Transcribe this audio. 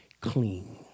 clean